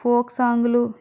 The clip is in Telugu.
ఫోక్ సాంగ్లు